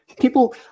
people